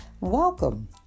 welcome